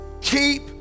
Keep